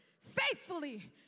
Faithfully